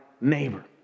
neighbor